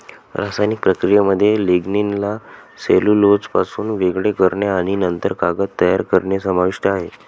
रासायनिक प्रक्रियेमध्ये लिग्निनला सेल्युलोजपासून वेगळे करणे आणि नंतर कागद तयार करणे समाविष्ट आहे